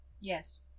Yes